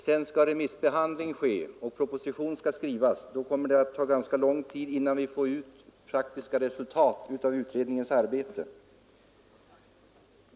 Sedan skall remissbehandling ske och proposition skrivas. Det kommer alltså att ta ganska lång tid innan vi får praktiska resultat av utredningens arbete.